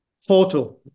photo